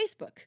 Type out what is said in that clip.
Facebook